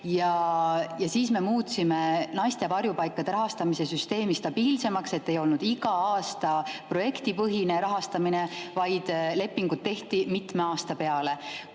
Siis me muutsime naiste varjupaikade rahastamise süsteemi stabiilsemaks, nii et ei olnud iga aasta projektipõhine rahastamine, vaid lepingud tehti mitme aasta peale.